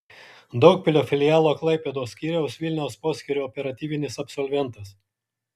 daugpilio filialo klaipėdos skyriaus vilniaus poskyrio operatyvinis absolventas